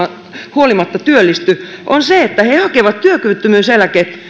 huolimatta työllisty on se että he hakevat työkyvyttömyyseläkettä